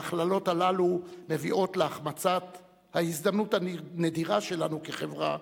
ההכללות הללו מביאות להחמצת ההזדמנות הנדירה שלנו כחברה